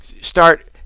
start